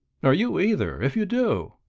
nor you either if you do.